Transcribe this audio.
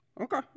Okay